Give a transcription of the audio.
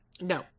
No